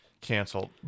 canceled